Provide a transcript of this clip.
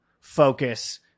focus